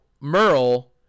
Merle